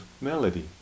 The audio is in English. melody